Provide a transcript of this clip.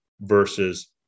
versus